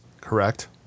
Correct